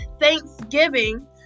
thanksgiving